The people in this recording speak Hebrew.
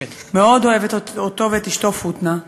מאוד אוהבת אותו ואת אשתו פותנה.